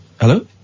Hello